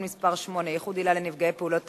מס' 8) (ייחוד עילה לנפגעי פעולות איבה),